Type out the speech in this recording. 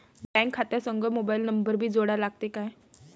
Bank खात्या संग mobile number भी जोडा लागते काय?